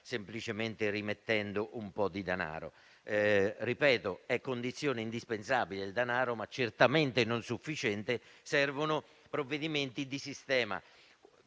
semplicemente rimettendo un po' di denaro. Ripeto: il danaro è condizione indispensabile, ma certamente non sufficiente. Servono provvedimenti di sistema.